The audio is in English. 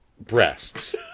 breasts